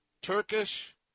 Turkish